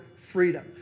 freedom